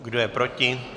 Kdo je proti?